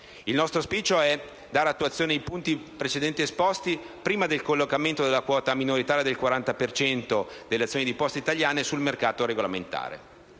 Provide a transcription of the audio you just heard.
Il nostro auspicio è dare attuazione ai punti precedentemente esposti del collocamento della quota minoritaria del 40 per cento delle azioni di Poste italiane sul mercato regolamentare.